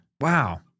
Wow